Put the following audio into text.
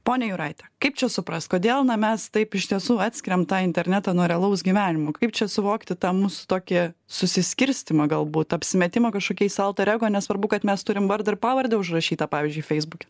ponia juraite kaip čia suprast kodėl na mes taip iš tiesų atskiriam tą internetą nuo realaus gyvenimo kaip čia suvokti tą mūsų tokį susiskirstymą galbūt apsimetimą kažkokiais alter ego nesvarbu kad mes turim vardą ir pavardę užrašytą pavyzdžiui feisbuke